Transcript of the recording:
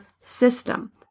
system